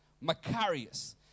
macarius